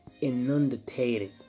inundated